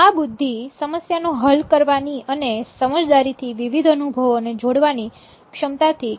આ બુદ્ધિ એ સમસ્યાનો હલ કરવાની અને સમજદારી થી વિવિધ અનુભવો ને જોડવાની ક્ષમતા થી કઠિન મુશ્કેલીને દૂર કરવું છે